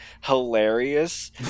hilarious